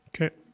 Okay